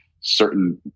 Certain